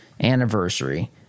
anniversary